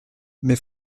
mais